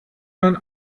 man